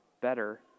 better